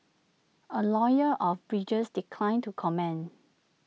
A lawyer of bridges declined to comment